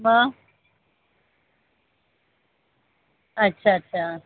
मग अच्छा अच्छा